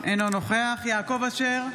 אינו נוכח יעקב אשר,